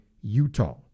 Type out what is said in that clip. Utah